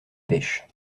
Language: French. pêche